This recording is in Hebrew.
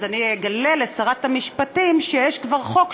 אז אני אגלה לשרת המשפטים שיש כבר חוק,